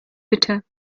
bitte